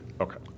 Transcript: Okay